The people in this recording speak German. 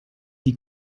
die